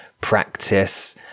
practice